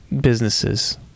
businesses